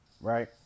Right